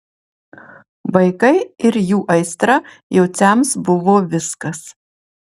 vaikai ir jų aistra jociams buvo viskas